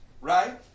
right